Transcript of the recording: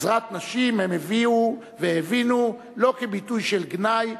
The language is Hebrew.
"עזרת נשים" הן הביאו והבינו לא כביטוי של גנאי,